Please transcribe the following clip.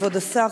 כבוד השר,